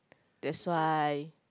that's why